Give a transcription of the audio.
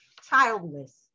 childless